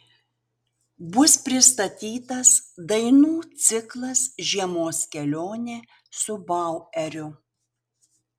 bus pristatytas dainų ciklas žiemos kelionė su baueriu